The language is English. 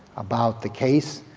about the case.